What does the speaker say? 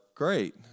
Great